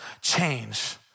change